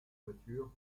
voitures